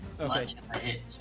Okay